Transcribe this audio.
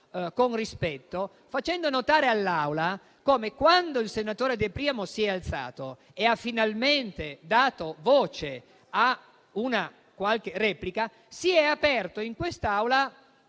con rispetto facendo notare all'Assemblea come quando il senatore De Priamo si è alzato e ha finalmente dato voce a una qualche replica, si è aperto in quest'Aula